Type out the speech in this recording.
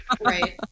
right